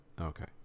Okay